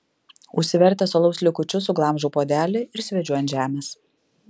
užsivertęs alaus likučius suglamžau puodelį ir sviedžiu ant žemės